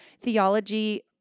Theology